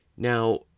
Now